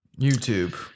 youtube